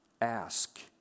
Ask